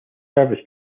service